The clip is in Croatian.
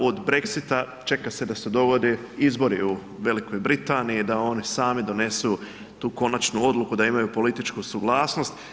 Od Brexita, čeka se da se dogode izbori u Velikoj Britaniji, da oni sami donesu tu konačnu odluku, da imaju političku suglasnost.